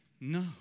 No